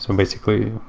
um basically,